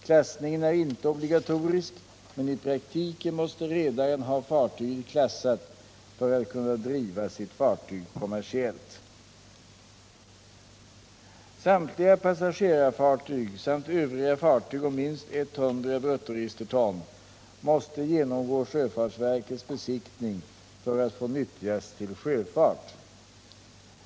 Klassningen är inte obligatorisk, men i praktiken måste redaren ha fartyget klassat för att kunna driva sitt fartyg kommersiellt. Samtliga passagerarfartyg samt övriga fartyg om minst 100 bruttoregisterton måste genomgå sjöfartsverkets besiktning för att få nyttjas till sjöfart.